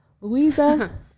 Louisa